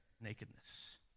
nakedness